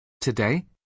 Today